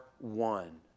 one